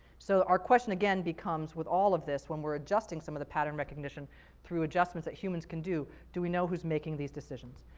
so our question again becomes with all of this, when we're adjusting some of the pattern recognition through adjustments that humans can do, do we know who's making these decisions?